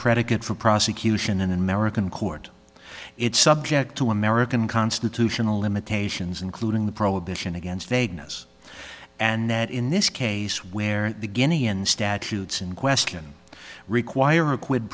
predicate for prosecution in an american court it's subject to american constitutional limitations including the prohibition against vagueness and that in this case where the guinea and statutes in question require a quid